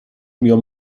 mir